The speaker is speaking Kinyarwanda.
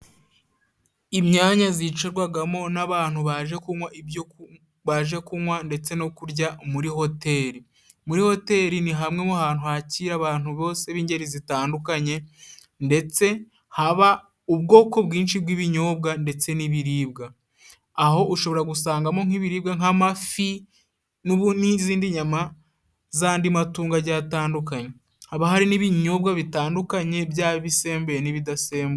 Imyanya zicarwagamo n'abantu baje kunywa ndetse no kurya muri Hoteri. Muri Hoteri ni hamwe mu hantu hakira abantu bose b'ingeri zitandukanye，ndetse haba ubwoko bwinshi bw'ibinyobwa， ndetse n'ibiribwa. Aho ushobora gusangamo nk'ibiribwa， nk'amafi， n'izindi nyama z'andi matungo agiye atandukanye， haba hari n'ibinyobwa bitandukanye byaba ibisembuye n'ibidasembuye.